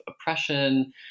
oppression